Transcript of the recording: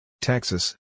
Texas